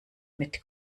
mit